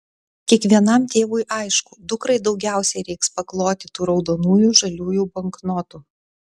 kiekvienam tėvui aišku dukrai daugiausiai reiks pakloti tų raudonųjų žaliųjų banknotų